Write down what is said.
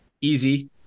easy